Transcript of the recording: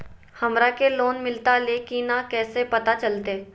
हमरा के लोन मिलता ले की न कैसे पता चलते?